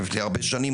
לפני הרבה שנים,